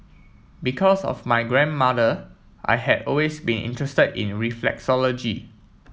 because of my grandmother I had always been interested in reflexology